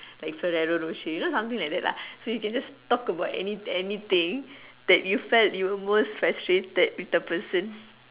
like Ferrero-Rocher you know something like that lah so you can just talk about any anything that you felt you most frustrated with the person